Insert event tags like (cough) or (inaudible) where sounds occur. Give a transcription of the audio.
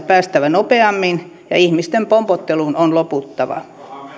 (unintelligible) päästävä nopeammin ja ihmisten pompottelun on loputtava